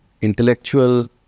intellectual